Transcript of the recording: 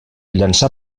llançar